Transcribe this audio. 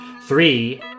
three